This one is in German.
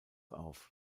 auf